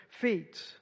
feet